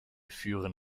führen